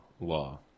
law